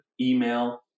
email